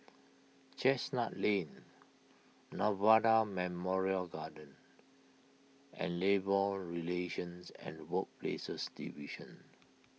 Chestnut Lane Nirvana Memorial Garden and Labour Relations and Workplaces Division